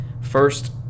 First